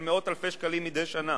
של מאות אלפי שקלים מדי שנה.